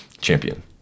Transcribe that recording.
Champion